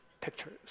pictures